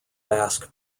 basque